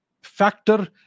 factor